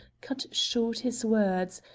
cut short his words,